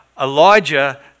Elijah